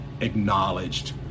acknowledged